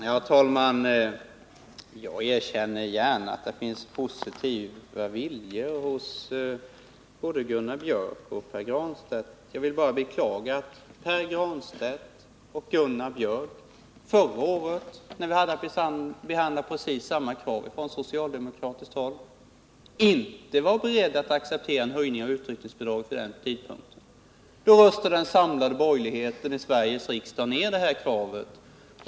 Herr talman! Jag erkänner gärna att det finns positiva viljor både hos Pär Granstedt och hos Gunnar Björk i Gävle. Jag beklagar bara att Pär Granstedt och Gunnar Björk förra året, när riksdagen hade att behandla precis samma krav från socialdemokratiskt håll, inte var beredda att acceptera en höjning av utryckningsbidraget. Då röstade den samlade borgerligheten i Sveriges riksdag ned vårt krav.